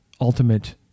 ultimate